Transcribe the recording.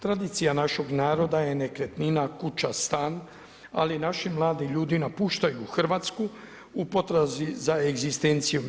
Tradicija našeg naroda je nekretnina, kuća, stan, ali naši mladi ljudi napuštaju RH u potrazi za egzistencijom.